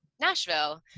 Nashville